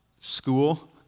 school